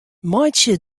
meitsje